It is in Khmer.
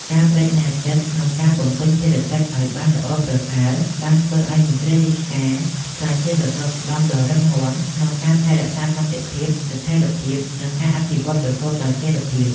ការប្តេជ្ញាចិត្តក្នុងការបំពេញភារកិច្ចឱ្យបានល្អប្រសើរ បានធ្វើឱ្យមន្ត្រីរាជការក្លាយជាសសរស្តម្ភដ៏រឹងមាំក្នុងការថែរក្សាសន្តិភាព ស្ថិរភាព និងការអភិវឌ្ឍប្រកបដោយចីរភាព។